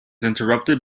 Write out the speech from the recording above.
interrupted